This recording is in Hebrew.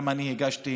גם אני הגשתי